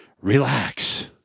Relax